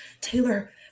Taylor